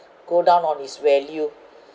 go down on its value